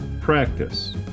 practice